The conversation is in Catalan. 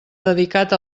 dedicat